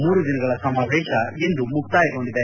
ಮೂರು ದಿನಗಳ ಸಮಾವೇಶ ಇಂದು ಮುಕ್ತಾಯಗೊಂಡಿದೆ